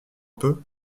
peu